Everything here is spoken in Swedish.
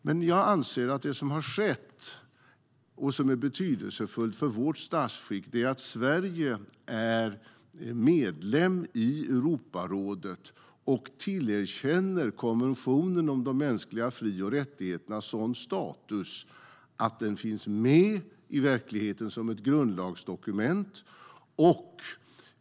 Men jag anser att det som har skett och som är betydelsefullt för vårt statsskick är att Sverige är medlem i Europarådet och tillerkänner konventionen om de mänskliga fri och rättigheterna sådan status att den finns med i verkligheten som ett grundlagsdokument.